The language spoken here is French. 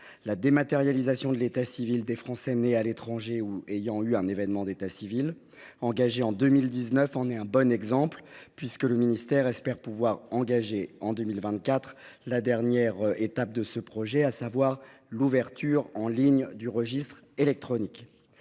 La dématérialisation de l’état civil des Français nés à l’étranger ou concernés par un événement d’état civil à l’étranger, engagée en 2019, en est un bon exemple. Le ministère espère pouvoir engager en 2024 la dernière étape de ce projet, à savoir l’ouverture en ligne du registre électronique.